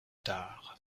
tard